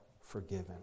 forgiven